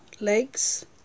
legs